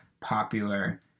popular